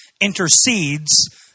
intercedes